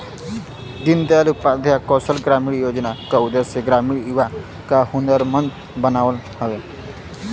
दीन दयाल उपाध्याय कौशल ग्रामीण योजना क उद्देश्य ग्रामीण युवा क हुनरमंद बनावल हउवे